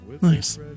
Nice